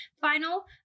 final